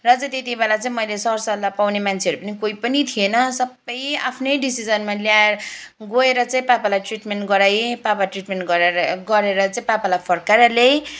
र चाहिँ त्यति बेला चाहिँ मैले सर सल्लाह पाउने मान्छेहरू पनि कोही पनि थिएन सबै आफ्नै डिसिसनमा ल्या गएर चाहिँ पापालाई ट्रिटमेन्ट गराएँ पापा ट्रिटमेन्ट गराएर गरेर चाहिँ पापालाई फर्काएर ल्याएँ